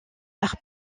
par